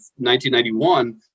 1991